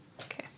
Okay